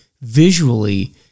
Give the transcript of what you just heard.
visually